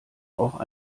auch